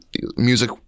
music